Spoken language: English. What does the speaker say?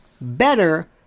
better